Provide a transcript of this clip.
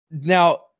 Now